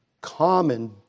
common